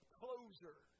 closer